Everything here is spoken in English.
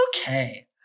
Okay